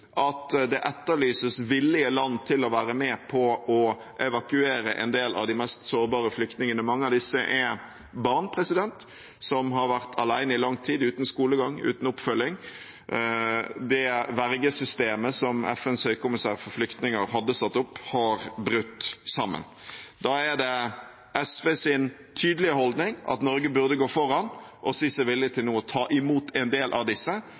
at det etterlyses land som er villig til å være med på å evakuere en del av de mest sårbare flyktningene – mange av disse er barn som har vært alene i lang tid, uten skolegang, uten oppfølging. Det vergesystemet som FNs høykommissær for flyktninger hadde satt opp, har brutt sammen. Da er det SVs tydelige holdning at Norge burde gå foran og si seg villig til nå å ta imot en del av disse,